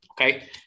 okay